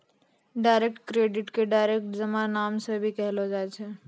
direct credit के direct जमा नाम से भी कहलो जाय छै